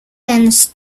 ens